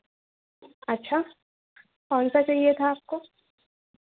अच्छा कौन सा चाहिए था आपको